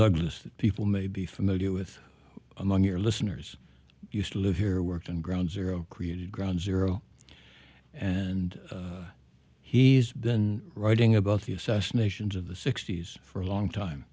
douglas that people may be familiar with among your listeners used to live here worked on ground zero created ground zero and he's been writing about the assassinations of the sixty's for a long time